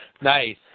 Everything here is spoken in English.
nice